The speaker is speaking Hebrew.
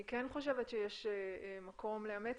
אני כן חושבת שיש מקום לאמץ